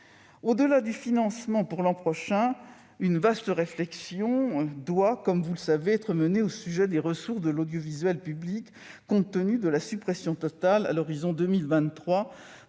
Au-delà du financement pour l'an prochain, une vaste réflexion doit avoir lieu, comme vous le savez, au sujet des ressources de l'audiovisuel public, compte tenu de la suppression totale, à l'horizon 2023,